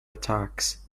attacks